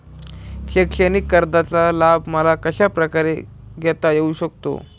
शैक्षणिक कर्जाचा लाभ मला कशाप्रकारे घेता येऊ शकतो?